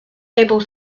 able